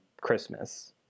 Christmas